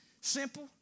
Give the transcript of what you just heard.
simple